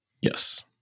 Yes